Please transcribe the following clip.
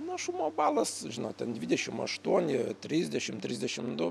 našumo balas žinote dvidešim aštuoni trisdešim trisdešim du